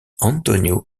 antonio